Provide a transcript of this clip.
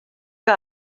que